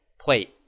plate